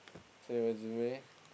sendresume